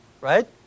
right